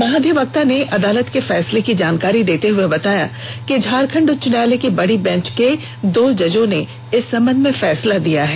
महाधिवक्ता ने अदालत के फैसले की जानकारी देते हुए बताया कि झारखंड उच्च न्यायालय की बड़ी बेंच के दो जजों ने इस संबंध में फैसला दिया है